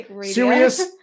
Serious